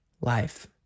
life